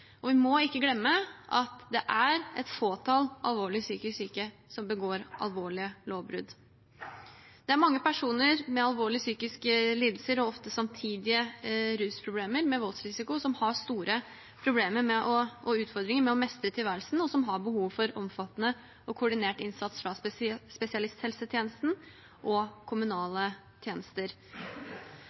Og vi må ikke glemme at det er et fåtall alvorlig psykisk syke som begår alvorlige lovbrudd. Det er mange personer med alvorlige psykiske lidelser, ofte med rusproblemer samtidig, med voldsrisiko, som har store problemer og utfordringer med å mestre tilværelsen, og som har behov for omfattende og koordinert innsats fra spesialisthelsetjenesten og kommunale tjenester.